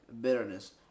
bitterness